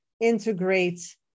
integrate